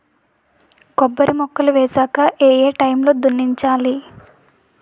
కొబ్బరి మొక్కలు వేసాక ఏ ఏ టైమ్ లో దున్నించాలి?